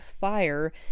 Fire